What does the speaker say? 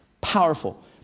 powerful